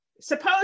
suppose